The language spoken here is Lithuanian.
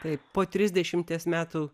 taip po trisdešimties metų